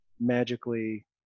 magically